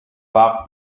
бага